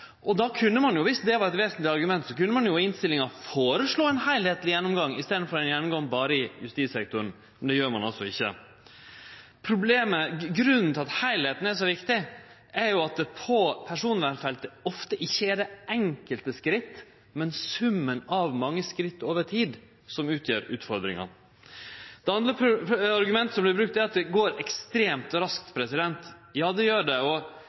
og då kunne ein jo, viss det var eit vesentleg argument, i innstillinga ha føreslått ein heilskapleg gjennomgang, i staden for ein gjennomgang berre i justissektoren. Men det gjer ein altså ikkje. Grunnen til at heilskapen er så viktig, er at det på personvernfeltet ofte ikkje er det enkelte skritt, men summen av mange skritt over tid som utgjer utfordringa. Det andre argumentet som vert brukt, er at det går ekstremt raskt. Ja, det gjer det, og